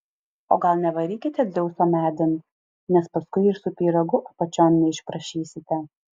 o gal nevarykite dzeuso medin nes paskui ir su pyragu apačion neišprašysite